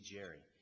Jerry